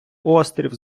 острів